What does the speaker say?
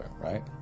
right